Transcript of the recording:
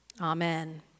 Amen